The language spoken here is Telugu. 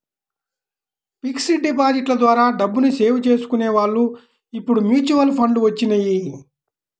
ఫిక్స్డ్ డిపాజిట్ల ద్వారా డబ్బుని సేవ్ చేసుకునే వాళ్ళు ఇప్పుడు మ్యూచువల్ ఫండ్లు వచ్చినియ్యి